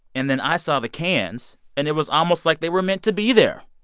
and then i saw the cans. and it was almost like they were meant to be there.